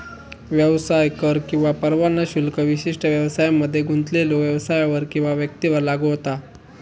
व्यवसाय कर किंवा परवाना शुल्क विशिष्ट व्यवसायांमध्ये गुंतलेल्यो व्यवसायांवर किंवा व्यक्तींवर लागू होता